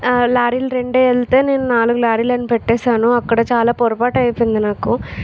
లారీలు రెండే వెళ్తే నేను నాలుగు లారీలు అని పెట్టేశాను అక్కడ చాలా పొరపాటు అయిపోయింది నాకు